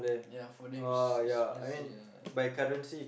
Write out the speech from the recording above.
ya for them it's expensive